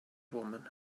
women